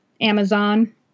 Amazon